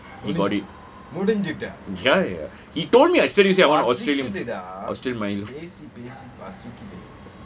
he got it ya ya he told me I still say I want australian australian milo